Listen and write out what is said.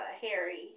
Harry